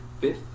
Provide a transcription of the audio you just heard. fifth